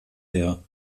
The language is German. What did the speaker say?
her